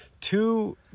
two